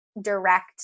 direct